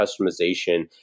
customization